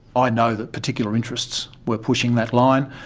i know that particular interests were pushing that line,